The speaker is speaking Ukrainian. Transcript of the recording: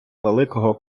великого